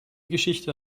geschichte